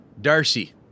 Darcy